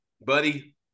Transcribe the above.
buddy